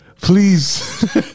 Please